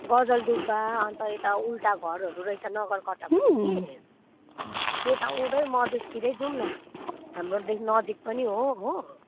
गजलडुब्बा अन्त यता उल्टा घरहरू रहेछ नगरकट्टापट्टि कि त्यता उँधै मधेसतिरै जाउँ न हाम्रोदेखि नजिक पनि हो हो